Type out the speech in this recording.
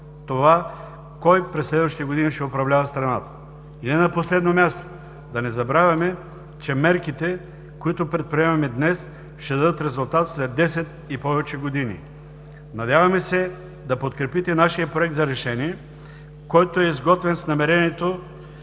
това кой през следващите години ще управлява страната. И не на последно място, да не забравяме, че мерките, които предприемаме днес, ще дадат резултат след десет и повече години. Надяваме се да подкрепите нашия Проект за решение, който е изготвен с намерението